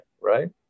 right